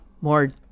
more